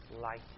light